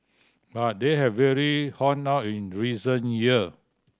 but they have really honed up in recent year